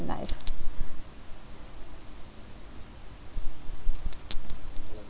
life